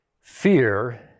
Fear